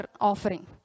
offering